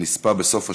נספה בסוף השבוע,